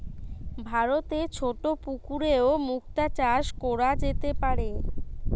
ভারতে ছোট পুকুরেও মুক্তা চাষ কোরা যেতে পারে